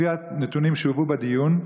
לפי הנתונים שהובאו בדיון,